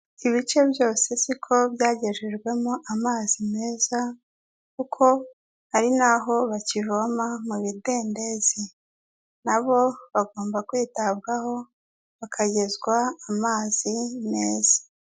Ibice byose siko byagejejwemo amazi meza kuko hari naho bakivoma mu bidendezi, na bo bagomba kwitabwaho hakagezwa amazi meza.